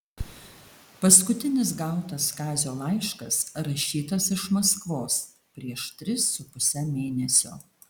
paskutinis gautas kazio laiškas rašytas iš maskvos prieš tris su puse mėnesio